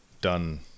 done